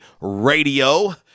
Radio